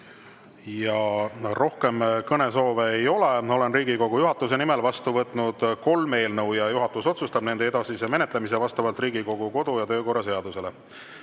Rohkem kõnesoove ei ole. Olen Riigikogu juhatuse nimel vastu võtnud kolm eelnõu ja juhatus otsustab nende edasise menetlemise vastavalt Riigikogu kodu- ja töökorra seadusele.